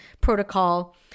protocol